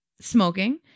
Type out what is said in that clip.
smoking